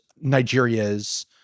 Nigeria's